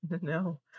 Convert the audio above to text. no